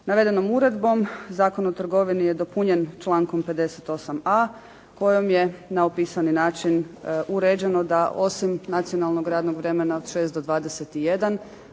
Navedenom uredbom Zakon o trgovini je dopunjen člankom 58.a kojom je na opisani način uređeno da osim nacionalnog radnog vremena od 6 do 21,